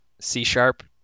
C-sharp